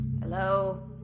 Hello